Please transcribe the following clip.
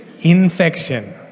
Infection